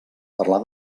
parlar